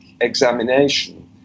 examination